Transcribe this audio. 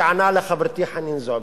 שענה לחברתי חנין זועבי,